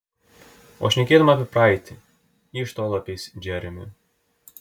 o šnekėdama apie praeitį ji iš tolo apeis džeremį